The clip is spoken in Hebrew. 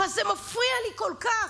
אבל זה מפריע לי כל כך,